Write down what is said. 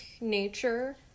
nature